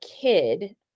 kid